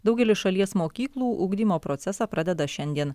daugelis šalies mokyklų ugdymo procesą pradeda šiandien